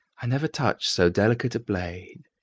i never touched so delicate a blade.